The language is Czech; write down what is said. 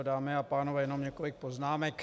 Dámy a pánové, jenom několik poznámek.